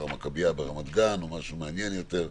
המכביה ברמת גן או משהו מעניין יותר.